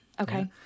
Okay